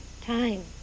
time